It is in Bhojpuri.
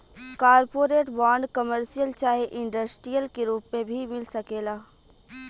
कॉरपोरेट बांड, कमर्शियल चाहे इंडस्ट्रियल के रूप में भी मिल सकेला